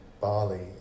Bali